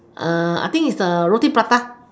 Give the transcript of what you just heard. (uh)I think is the roti prata